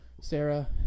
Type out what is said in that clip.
Sarah